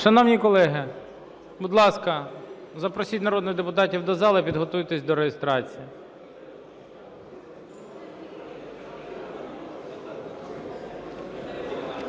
Шановні колеги, будь ласка, запросіть народних депутатів до зали, підготуйтесь до реєстрації.